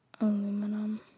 Aluminum